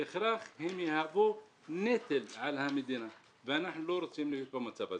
בהכרח הם יהוו נטל על המדינה ואנחנו לא רוצים להיות במצב הזה.